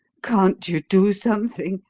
can't you do something?